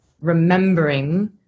remembering